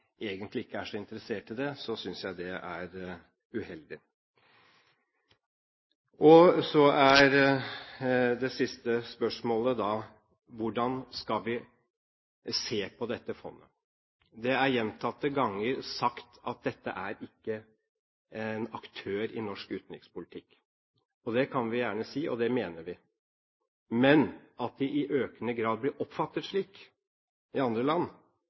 egentlig ikke er så interessert i det, synes jeg det er uheldig. Det siste spørsmålet er: Hvordan skal vi se på dette fondet? Det er gjentatte ganger sagt at dette ikke er en aktør i norsk utenrikspolitikk. Det kan vi gjerne si, og det mener vi, men at det i økende grad blir oppfattet slik i andre land,